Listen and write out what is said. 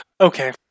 okay